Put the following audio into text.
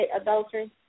adultery